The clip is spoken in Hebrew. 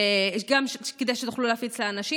כדי שתוכלו להפיץ לאנשים.